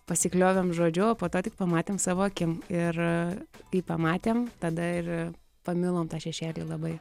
pasikliovėm žodžiu o po to tik pamatėm savo akim ir kai pamatėm tada ir pamilom tą šešėlį labai